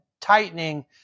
tightening